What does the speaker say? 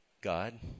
God